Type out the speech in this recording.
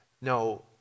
no